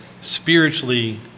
spiritually